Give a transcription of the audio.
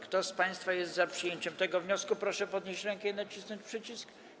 Kto z państwa jest za przyjęciem tego wniosku, proszę podnieść rękę i nacisnąć przycisk.